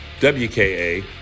WKA